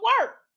work